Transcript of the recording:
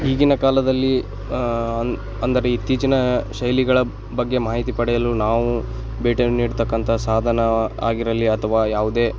ಈಗಿನ ಕಾಲದಲ್ಲಿ ಅನ್ ಅಂದರೆ ಇತ್ತೀಚಿನ ಶೈಲಿಗಳ ಬಗ್ಗೆ ಮಾಹಿತಿ ಪಡೆಯಲು ನಾವು ಭೇಟಿಯನ್ನು ನೀಡತಕ್ಕಂಥ ಸಾಧನೆ ಆಗಿರಲಿ ಅಥವಾ ಯಾವುದೇ